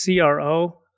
CRO